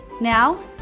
Now